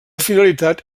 finalitat